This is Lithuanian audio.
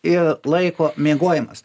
ir laiko miegojimas